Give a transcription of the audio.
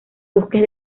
bosques